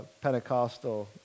Pentecostal